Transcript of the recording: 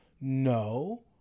No